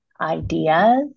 ideas